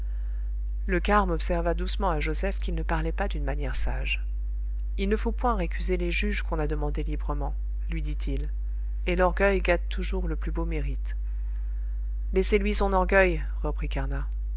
le carme observa doucement à joseph qu'il ne parlait pas d'une manière sage il ne faut point récuser les juges qu'on a demandés librement lui dit-il et l'orgueil gâte toujours le plus beau mérite laissez-lui son orgueil